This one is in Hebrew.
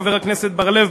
חבר הכנסת בר-לב,